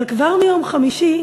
אבל כבר מיום חמישי,